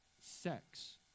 sex